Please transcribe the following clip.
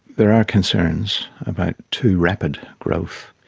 there are concerns about too rapid growth.